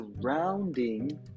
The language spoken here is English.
surrounding